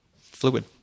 fluid